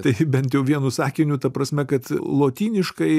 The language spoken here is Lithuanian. tai bent jau vienu sakiniu ta prasme kad lotyniškai